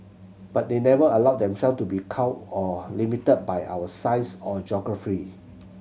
but they never allowed them self to be cowed or limited by our size or geography